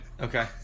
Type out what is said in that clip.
Okay